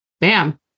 Bam